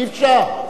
אי-אפשר.